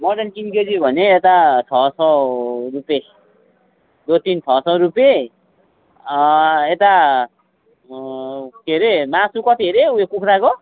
mutton तिन KG भने यता छ सय रुपियाँ दो तीन छ सय रुपियाँ यता के अरे मासु कति अरे उयो कुखुराको